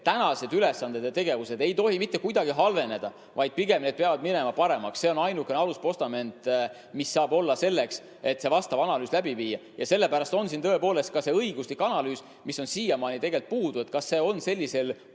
tänased ülesanded ja tegevused ei tohi mitte kuidagi halveneda, vaid pigem need peavad minema paremaks. See on ainukene aluspostament, mis saab olla selleks, et vastav analüüs läbi viia. Sellepärast on siin tõepoolest ka see õiguslik analüüs, mis on siiamaani puudu, et kas seda on sellisel